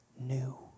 new